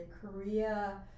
Korea